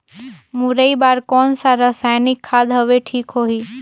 मुरई बार कोन सा रसायनिक खाद हवे ठीक होही?